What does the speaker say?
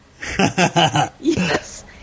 Yes